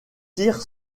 tire